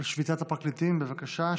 על שביתת הפרקליטים, בבקשה.